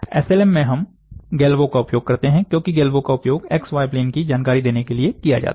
SLM में हम galvo का उपयोग करते हैं क्योंकि गैल्वो का उपयोग एक्स वाय प्लेन की जानकारी देने के लिए किया जाता है